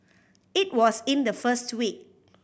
it was in the first week